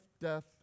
death